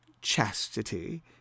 chastity